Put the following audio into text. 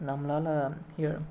நம்மளால